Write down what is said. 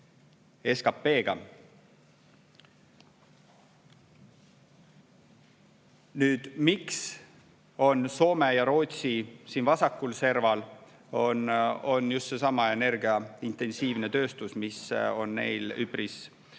SKT-ga. Nüüd, miks on Soome ja Rootsi siin vasakul serval? Põhjus on just seesama energiaintensiivne tööstus, mis on neil üpris